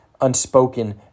unspoken